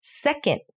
Second